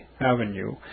Avenue